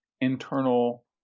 internal